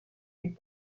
des